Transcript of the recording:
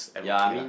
ya I mean